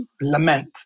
lament